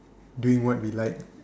doing what we like